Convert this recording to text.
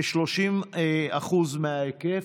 כ-30% מההיקף,